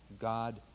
God